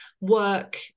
work